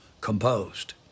composed